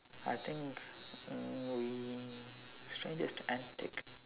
I think mm we strangest antic